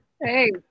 Hey